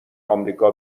آمریکا